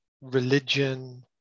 religion